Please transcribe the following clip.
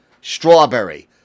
strawberry